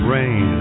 Rain